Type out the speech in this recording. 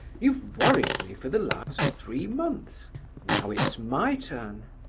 you've worried me for the last three months now it's my turn.